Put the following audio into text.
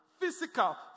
Physical